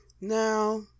Now